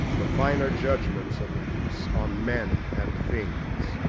the finer judgments of the piece on men and things.